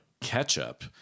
ketchup